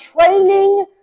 training